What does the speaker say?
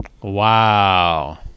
wow